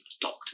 doctor